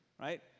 Right